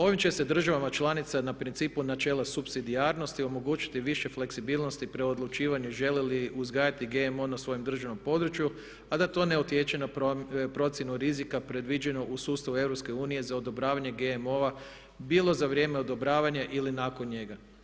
Ovim će se državama članica na principu načela supsidijarnosti omogućiti više fleksibilnosti pri odlučivanju žele li uzgajati GMO na svojem državnom području a da to ne utječe na procjenu rizika predviđeno u sustavu EU za odobravanje GMO-a bilo za vrijeme odobravanja ili nakon njega.